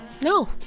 No